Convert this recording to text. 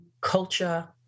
culture